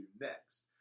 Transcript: next